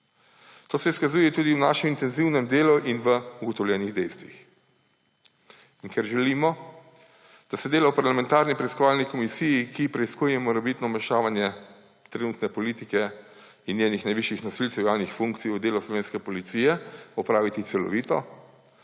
To se izkazuje tudi v našem intenzivnem delu in v ugotovljenih dejstvih. In ker želimo, da se delo v parlamentarni preiskovalni komisiji, ki preiskuje morebitno vmešavanje trenutne politike in njenih najvišjih nosilcev javnih funkcij v delo slovenske policije, opravi celovito,